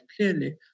clearly